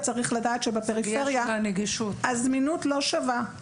צריך לדעת שבפריפריה הזמינות לא שווה.